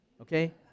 okay